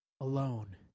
alone